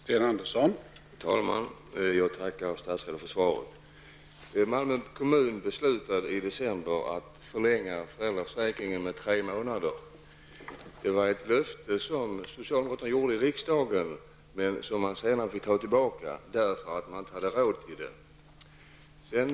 Herr talman! Jag tackar statsrådet för svaret på min fråga. Socialdemokraterna har i riksdagen givit ett motsvarande löfte, som man senare dock fått ta tillbaka därför att man inte hade råd att uppfylla det.